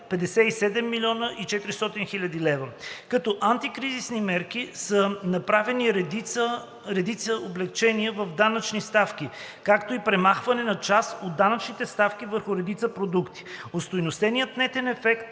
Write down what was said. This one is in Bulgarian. – 1 057,4 млн. лв. Като антикризисни мерки са направени редици облекчения в данъчни ставки, както и премахване на част от данъчните ставки върху редица продукти. Остойностеният нетен ефект